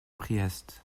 priest